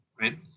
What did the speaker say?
right